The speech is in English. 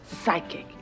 psychic